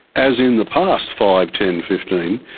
as in the past five, ten, fifteen,